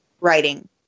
writing